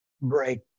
break